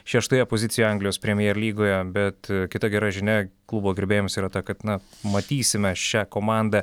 šeštoje pozicijoje anglijos premjer lygoje bet kita gera žinia klubo gerbėjams yra ta kad na matysime šią komandą